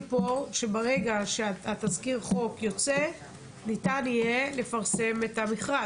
פה שברגע שתזכיר החוק יוצא ניתן יהיה לפרסם את המכרז.